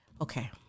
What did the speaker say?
Okay